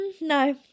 no